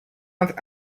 entre